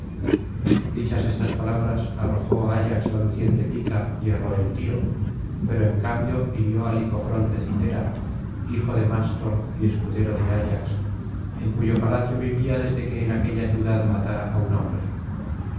dichas estas palabras arrojó á ayax la luciente pica y erró el tiro pero en cambio hirió á licofrón de citera hijo de mástor y escudero de ayax en cuyo palacio vivía desde que en aquella ciudad matara á un hombre